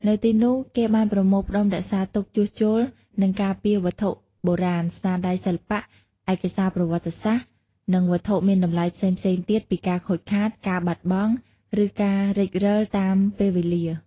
នៅទីនោះគេបានប្រមូលផ្ដុំ រក្សាទុក ជួសជុល និងការពារវត្ថុបុរាណ ស្នាដៃសិល្បៈ ឯកសារប្រវត្តិសាស្ត្រ និងវត្ថុមានតម្លៃផ្សេងៗទៀតពីការខូចខាត ការបាត់បង់ ឬការរិចរិលតាមពេលវេលា។